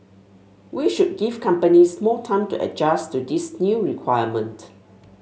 we should give companies more time to adjust to this new requirement